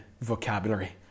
vocabulary